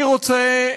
אני רוצה,